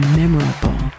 memorable